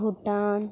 Bhutan